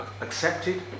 accepted